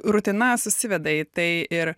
rutina susiveda į tai ir